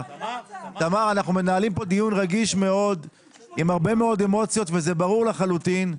אנחנו מנהלים פה דיון רגיש מאוד עם הרבה מאוד אמוציות וזה ברור לחלוטין.